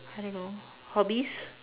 I don't know hobbies